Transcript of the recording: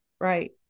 Right